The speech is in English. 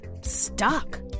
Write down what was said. stuck